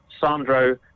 Sandro